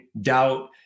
doubt